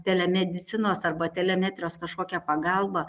telemedicinos arba telemetrijos kažkokia pagalba